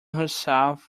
herself